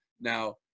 Now